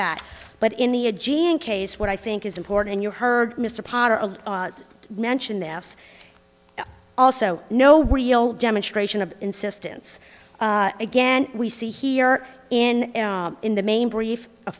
that but in the a gene case what i think is important and you heard mr potter mention this also no real demonstration of insistence again we see here in in the main brief a